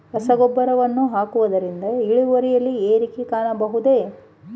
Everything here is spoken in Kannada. ರಸಗೊಬ್ಬರವನ್ನು ಹಾಕುವುದರಿಂದ ಇಳುವರಿಯಲ್ಲಿ ಏರಿಕೆ ಕಾಣಬಹುದೇ?